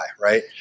right